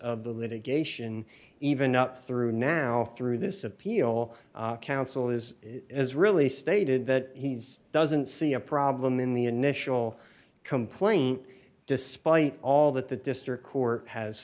of the litigation even up through now through this appeal council is as really stated that he's doesn't see a problem in the initial complaint despite all that the district court has